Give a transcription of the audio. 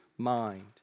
mind